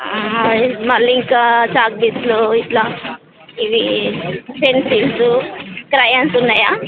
మళ్ళీ ఇంకా చాక్పీస్లు ఇట్లా ఇవి పెన్సిల్సు క్రయాన్స్ ఉన్నాయా